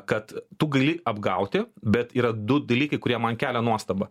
kad tu gali apgauti bet yra du dalykai kurie man kelia nuostabą